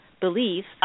beliefs